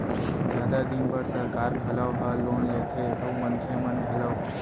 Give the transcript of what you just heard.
जादा दिन बर सरकार घलौ ह लोन लेथे अउ मनखे मन घलौ